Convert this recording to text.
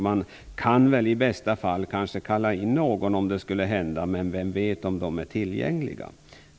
Man kan i bästa fall kalla in någon om det skulle hända någonting, men vem vet om förarna är tillgängliga?